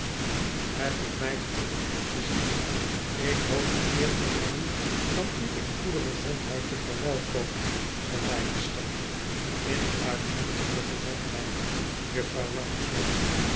het doet mij genoegen u te zien ik hoop de eer te hebben van u in goede gezondheid te verwelkomen sir leicester in uitmuntende gezondheid jufvrouw rouncewell